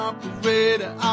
Operator